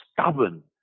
Stubborn